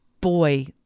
boy